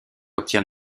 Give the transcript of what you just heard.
obtient